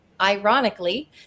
ironically